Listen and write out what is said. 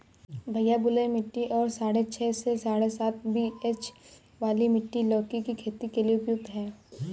भैया बलुई मिट्टी और साढ़े छह से साढ़े सात पी.एच वाली मिट्टी लौकी की खेती के लिए उपयुक्त है